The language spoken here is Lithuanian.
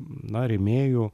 na rėmėjų